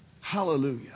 Hallelujah